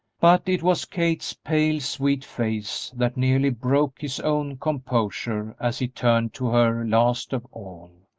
but it was kate's pale, sweet face that nearly broke his own composure as he turned to her, last of all.